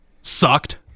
sucked